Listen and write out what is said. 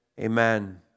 Amen